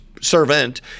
servant